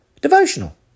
devotional